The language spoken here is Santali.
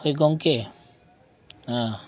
ᱦᱳᱭ ᱜᱚᱝᱠᱮ